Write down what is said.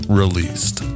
released